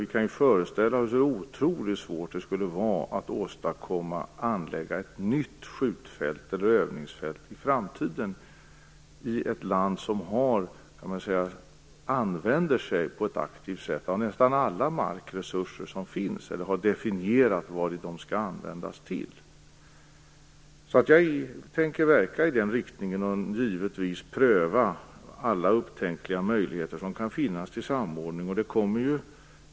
Vi kan föreställa oss hur oerhört svårt det skulle vara att anlägga ett nytt skjut eller övningsfält i framtiden i ett land som redan aktivt använder nästan alla markresurser eller har definierat vad dessa skall användas till. Jag tänker alltså verka i denna riktning och pröva alla upptänkliga möjligheter till samordning.